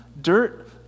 dirt